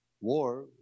war